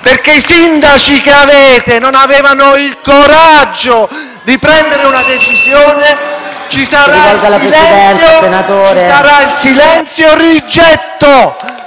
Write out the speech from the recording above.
perché i sindaci che avete non avevano il coraggio di prendere una decisione, ci sarà il silenzio-rigetto.